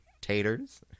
taters